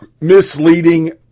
Misleading